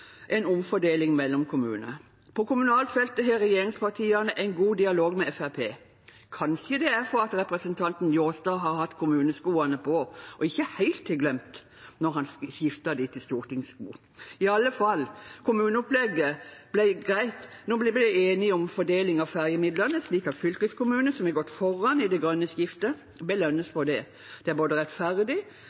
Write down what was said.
en omfordeling mellom kommuner. På kommunalfeltet har regjeringspartiene en god dialog med Fremskrittspartiet. Kanskje er det fordi representanten Njåstad har hatt kommuneskoene på, og ikke helt glemte dem da han skiftet til stortingssko. I alle fall: Kommuneopplegget ble greit da vi ble enige om fordeling av ferjemidlene, slik at fylkeskommuner som har gått foran i det grønne skiftet, belønnes for det. Det er både rettferdig